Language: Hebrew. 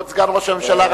כבוד סגן ראש הממשלה,